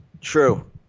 True